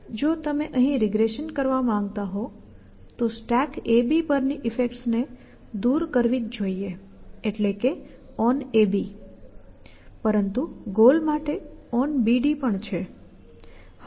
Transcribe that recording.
અને જો તમે અહીં રીગ્રેશન કરવા માંગતા હો તો StackAB પરની ઈફેક્ટ્સ ને દૂર કરવી જ જોઇએ એટલે કે OnAB પરંતુ ગોલ માટે OnBD પણ છે